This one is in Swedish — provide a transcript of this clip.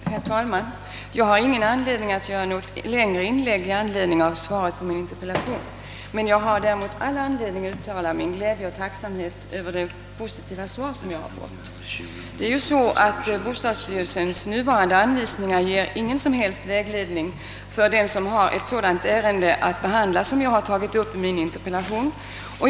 Herr talman! Jag har ingen anledning att här hålla något längre anförande i anslutning till svaret på min interpellation. Däremot har jag all anledning att uttala min glädje och tacksamhet över det positiva svaret. Bostadsstyrelsens nu gällande anvisningar ger ingen som helst vägledning för den som har ett sådant ärende att behandla som jag tagit upp i min interpellation.